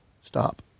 Stop